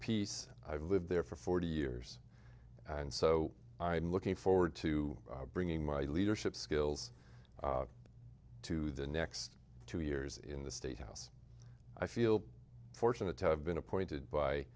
peace i've lived there for forty years and so i'm looking forward to bringing my leadership skills to the next two years in the statehouse i feel fortunate to have been appointed by